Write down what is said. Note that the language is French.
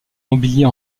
mobilier